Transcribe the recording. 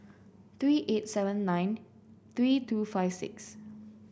three eight seven nine three two five six